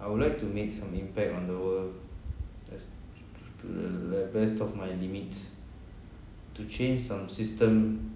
I would like to make some impact on the world as to the best of my limits to change some system